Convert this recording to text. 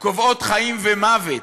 קובעות חיים ומוות.